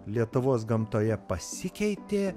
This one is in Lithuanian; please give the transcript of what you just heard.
lietuvos gamtoje pasikeitė